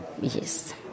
Yes